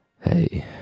Hey